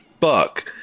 fuck